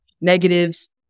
negatives